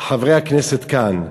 חברי הכנסת כאן,